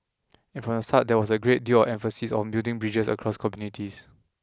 and from the start there was a great deal of emphasis on building bridges across communities